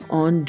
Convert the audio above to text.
on